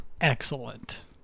Excellent